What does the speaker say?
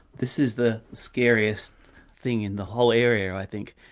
this is the scariest thing in the whole area i think.